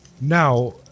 now